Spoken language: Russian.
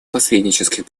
посреднических